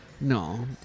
No